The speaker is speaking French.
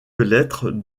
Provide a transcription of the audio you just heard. lettres